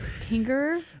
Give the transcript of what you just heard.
tinker